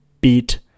beat